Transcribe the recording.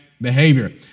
behavior